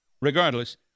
Regardless